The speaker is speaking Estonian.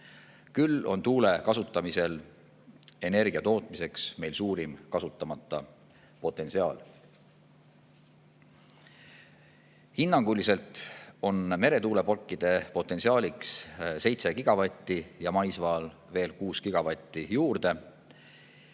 Küll on tuule kasutamisel energia tootmiseks meil suurim kasutamata potentsiaal. Hinnanguliselt on meretuuleparkide potentsiaaliks 7 gigavatti ja maismaal veel 6 gigavatti juurde.